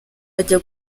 ajya